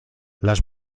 las